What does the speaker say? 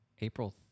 April